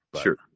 Sure